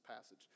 passage